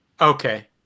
Okay